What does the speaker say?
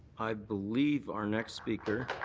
i believe our next speaker.